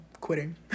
quitting